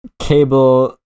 Cable